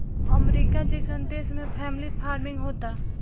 अमरीका जइसन देश में फैमिली फार्मिंग होता